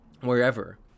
wherever